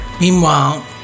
Meanwhile